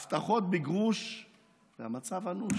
/ הבטחות בגרוש / והמצב אנוש.